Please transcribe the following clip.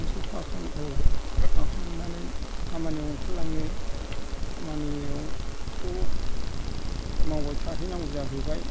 मोसौ खाखां औ खाखांनानै खामानियाव ओंखारलाङो खामानियावथ' मावबाय थाहैनांगौ जाहैबाय